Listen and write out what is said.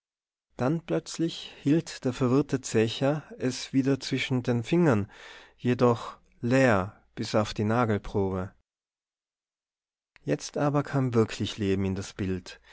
dann plötzlich hielt der verwirrte zecher es wieder zwischen den fingern jedoch leer bis auf die nagelprobe jetzt aber kam wirklich leben in das bild